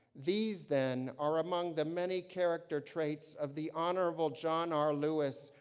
these then are among the many character traits of the honorable john r lewis,